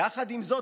"יחד עם זאת,